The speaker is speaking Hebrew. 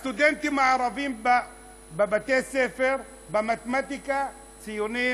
הסטודנטים הערבים בבתי-ספר, במתמטיקה, ציונים